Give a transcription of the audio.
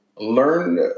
Learn